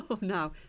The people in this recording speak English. No